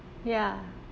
ya